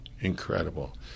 incredible